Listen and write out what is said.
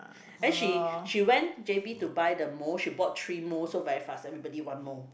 and she she went j_b to buy the mold she bought three mold so very fast everybody one mold